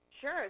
Sure